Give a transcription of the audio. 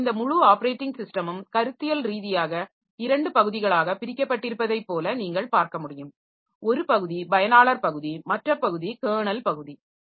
எனவே இந்த முழு ஆப்பரேட்டிங் சிஸ்டமும் கருத்தியல் ரீதியாக இரண்டு பகுதிகளாகப் பிரிக்கப்பட்டிருப்பதைப் போல நீங்கள் பார்க்க முடியும் ஒரு பகுதி பயனாளர் பகுதி மற்ற பகுதி கெர்னல் பகுதி